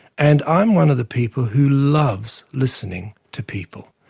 and i'm one of the people who loves listening to people.